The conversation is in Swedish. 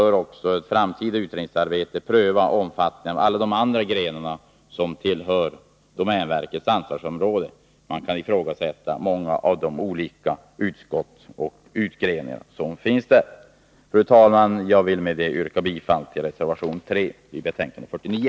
Ett framtida utredningsarbete bör också pröva omfattningen av alla andra grenar som tillhör domänverkets ansvarsområde. Man kan ifrågasätta många av de olika förgreningar som finns där. Fru talman! Jag vill med detta yrka bifall till reservation 3 i näringsutskottets betänkande 49.